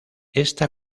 esta